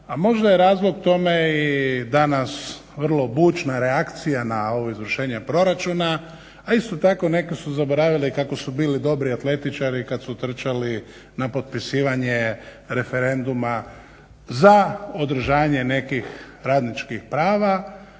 a možda je razlog tome i danas vrlo bučna reakcija na ovo izvršenje proračuna, a isto tako neki su zaboravili kako su bili dobri atletičari kad su trčali na potpisivanje referenduma za održanje nekih radničkih prava,